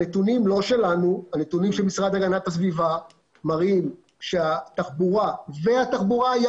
הנתונים לא שלנו אלא של המשרד להגנת הסביבה והם מראים והתחבורה הימית,